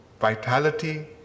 vitality